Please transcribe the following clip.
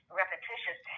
repetitious